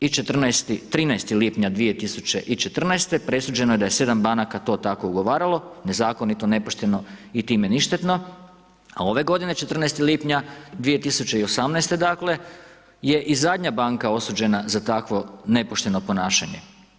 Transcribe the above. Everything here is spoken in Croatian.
I 13. lipnja 2014. presuđeno je da je 7 banaka to tako ugovaralo nezakonito, nepošteno i time ništetno a ove godine 14. lipnja 2018. dakle je i zadnja banka osuđena za takvo nepošteno ponašanje.